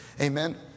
Amen